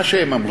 מה שהם אמרו,